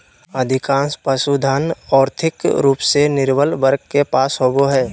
अधिकांश पशुधन, और्थिक रूप से निर्बल वर्ग के पास होबो हइ